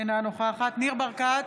אינה נוכחת ניר ברקת,